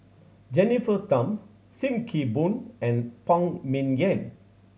Jennifer Tham Sim Kee Boon and Phan Ming Yen